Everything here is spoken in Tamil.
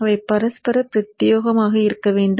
அவை பரஸ்பர பிரத்தியேகமாக இருக்க வேண்டும்